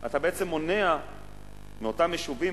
אתה בעצם מונע מאותם יישובים,